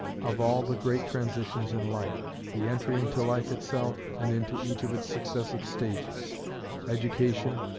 of all the great transitions in life the entry into life itself, and into each of its successive stages education,